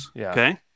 Okay